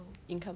income